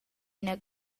ina